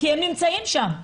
כי הצעירים נמצאים שם.